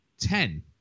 Ten